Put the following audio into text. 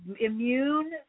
immune